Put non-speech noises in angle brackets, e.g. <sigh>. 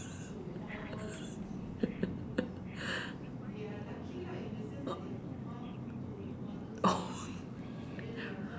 <laughs>